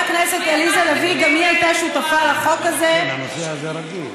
הגיעה הזמן שתקראי,